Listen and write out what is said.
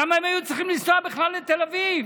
למה הם היו צריכים לנסוע בכלל לתל אביב?